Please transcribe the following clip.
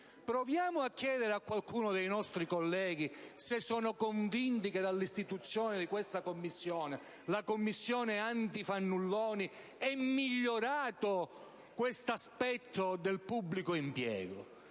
Proviamo a chiedere a qualcuno dei nostri colleghi se sono convinti che dall'istituzione di questa commissione sia migliorato questo aspetto del pubblico impiego.